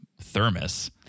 thermos